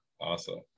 Awesome